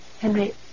Henry